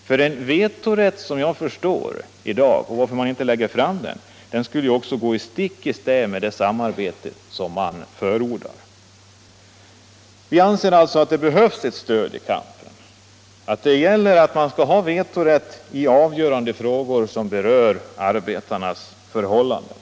Att man inte lägger fram förslag om en vetorätt i dag beror såvitt jag förstår på att den skulle gå stick i stäv med det samarbete som man förordar. Vi anser alltså att vetorätten behövs som ett stöd i kampen. Man skall ha vetorätt i avgörande frågor som berör arbetarnas förhållanden.